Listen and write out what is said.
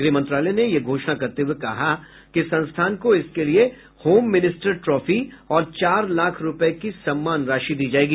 गृह मंत्रालय ने यह घोषणा करते हुये कहा है कि संस्थान को इसके लिए होम मिनिस्टर ट्रॉफी और चार लाख रूपये की सम्मान राशि दी जायेगी